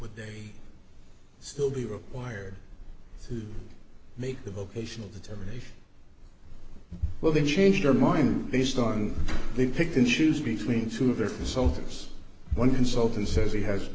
would they still be required to make the vocational determination well then change their mind based on the pick and choose between two of their soldiers one consultant says he has